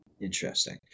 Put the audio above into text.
Interesting